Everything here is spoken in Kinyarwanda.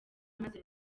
maze